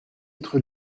être